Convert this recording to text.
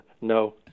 No